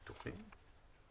מי בעד סעיף 14ב עם השינויים?